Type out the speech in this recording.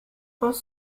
aus